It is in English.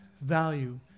value